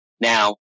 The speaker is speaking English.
Now